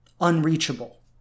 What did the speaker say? unreachable